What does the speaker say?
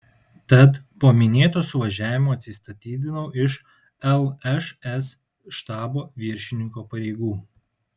tad po minėto suvažiavimo atsistatydinau iš lšs štabo viršininko pareigų